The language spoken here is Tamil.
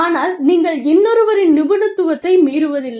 ஆனால் நீங்கள் இன்னொருவரின் நிபுணத்துவத்தை மீறுவதில்லை